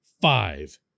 five